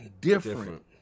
different